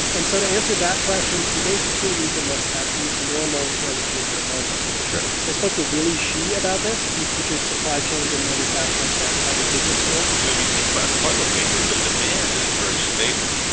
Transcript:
and and so to answer that question, you basically need to look at the normal toilet paper market sure i spoke to willy shih about this. he teaches supply chains in manufacturing at harvard business school if you think about toilet paper, the demand is very stable.